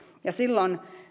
ja silloin